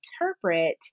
interpret